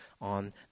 on